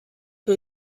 who